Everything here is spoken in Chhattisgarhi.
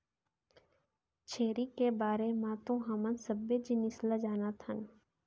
छेरी के बारे म तो हमन सबे जिनिस ल जानत हन